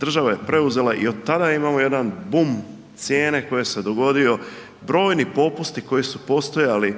država je preuzela i od tada imamo jedan bum cijene koji se dogodio. Brojni popusti koji su postojali